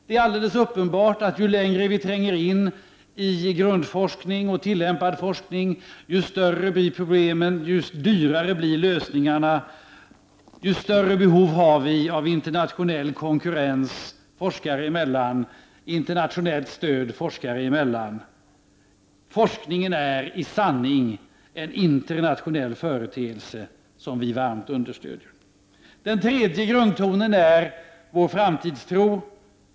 Det är alldeles uppenbart att ju längre vi tränger in i grundforskning och tillämpad forskning, desto större blir problemen, ju dyrare blir lösningarna och desto större behov har vi av internationell konkurrens forskare emellan och internationellt stöd forskare emellan. Forskningen är i sanning en internationell företeelse som vi varmt understöder. Den tredje grundtonen är vår framtidstro.